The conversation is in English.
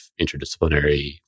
interdisciplinary